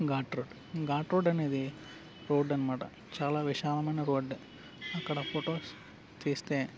ghat road ghat road అనేది road అన్నమాట చాలా విశాలమైన రోడ్ అక్కడ ఫొటోస్ తీస్తే